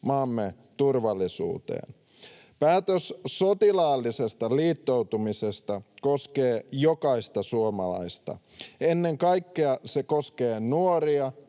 maamme turvallisuuteen. Päätös sotilaallisesta liittoutumisesta koskee jokaista suomalaista. Ennen kaikkea se koskee nuoria